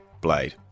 Blade